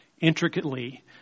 intricately